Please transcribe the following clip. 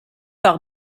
par